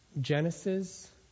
Genesis